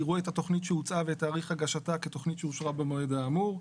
יראו את התכנית שהוצעה ואת תאריך הגשתה כתכנית שאושרה במועד האמור".